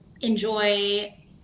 enjoy